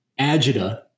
agita